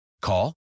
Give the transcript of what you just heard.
Call